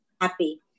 happy